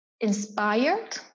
inspired